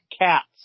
Cats